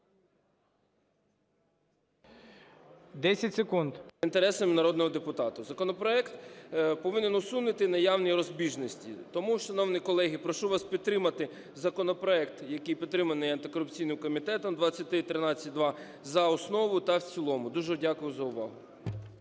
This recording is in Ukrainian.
ІОНУШАС С.К. …інтересам народного депутата. Законопроект повинен усунути наявні розбіжності. Тому, шановні колеги, прошу вас підтримати законопроект, який підтриманий антикорупційним комітетом, 2313-2 за основу та в цілому. Дуже дякую за увагу.